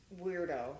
Weirdo